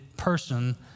person